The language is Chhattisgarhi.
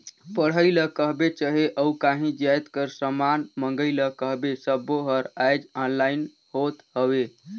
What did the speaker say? पढ़ई ल कहबे चहे अउ काहीं जाएत कर समान मंगई ल कहबे सब्बों हर आएज ऑनलाईन होत हवें